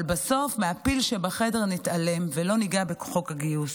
אבל בסוף, מהפיל שבחדר נתעלם ולא ניגע בחוק הגיוס.